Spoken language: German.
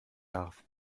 darf